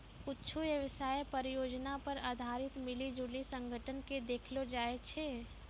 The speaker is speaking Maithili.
कुच्छु व्यवसाय परियोजना पर आधारित मिली जुली संगठन के देखैलो जाय छै